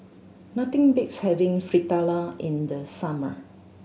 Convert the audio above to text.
nothing beats having Fritada in the summer